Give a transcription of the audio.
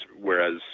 whereas